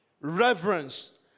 reverence